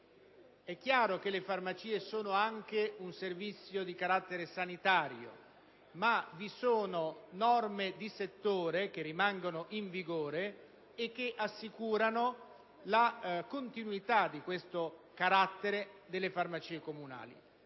È chiaro che le farmacie sono anche un servizio di carattere sanitario, ma vi sono norme di settore che rimangono in vigore e che assicurano la continuità di questo carattere delle farmacie comunali.